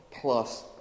plus